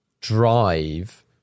drive